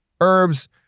herbs